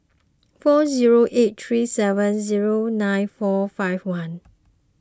four zero eight three seven zero nine four five one